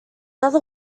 other